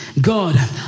God